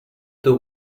two